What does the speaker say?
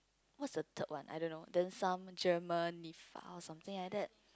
what's the third one I don't know then some Germanifa something like that